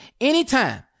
anytime